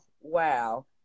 Wow